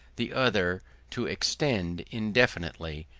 the other to extend indefinitely,